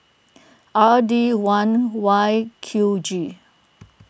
R D one Y Q G